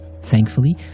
thankfully